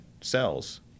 cells